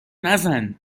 نزن